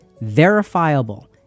verifiable